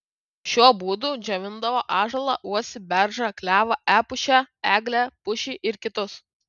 šiuo būdu džiovindavo ąžuolą uosį beržą klevą epušę eglę pušį ir kitus